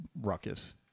ruckus